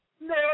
No